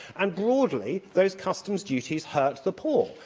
and, broadly, those customs duties hurt the poor,